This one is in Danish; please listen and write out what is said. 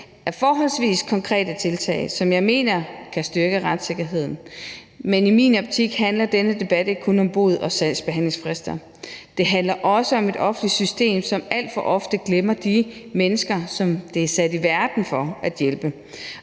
er forholdsvis konkrete tiltag, som jeg mener kan styrke retssikkerheden. Men i min optik handler denne debat ikke kun om bod og sagsbehandlingsfrister. Den handler også om et offentligt system, som alt for ofte glemmer de mennesker, som det er sat i verden for at hjælpe.